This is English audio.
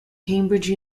cambridge